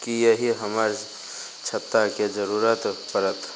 की एहि हमर छत्ताके जरूरत पड़त